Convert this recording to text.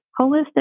holistic